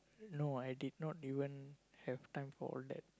no I did not even have time for all that